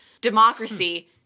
democracy